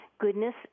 goodness